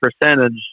percentage